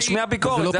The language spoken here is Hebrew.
תשמיע ביקורת.